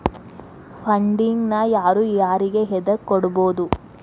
Funding ನ ಯಾರು ಯಾರಿಗೆ ಎದಕ್ಕ್ ಕೊಡ್ಬೊದು?